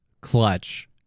clutch